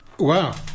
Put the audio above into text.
Wow